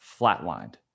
flatlined